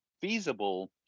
feasible